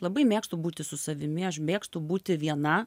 labai mėgstu būti su savimi aš mėgstu būti viena